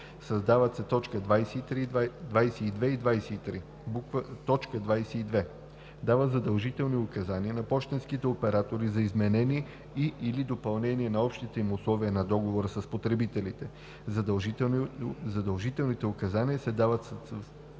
създават се т. 22 и 23: „22. дава задължителни указания на пощенските оператори за изменение и/или допълнение на общите им условия на договора с потребителите; задължителните указания се дават в